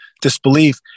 disbelief